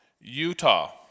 utah